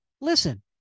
Listen